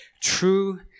true